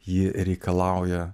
ji reikalauja